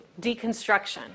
deconstruction